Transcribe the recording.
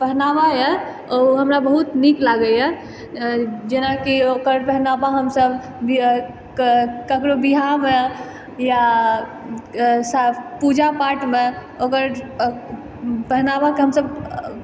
पहनावा यऽ ओ हमरा बहुत नीक लागै यऽ जेनाकि ओकर पहनावा हमसब ककरो बिवाहमे या सा पूजा पाठमे ओकर पहनावाके हमसब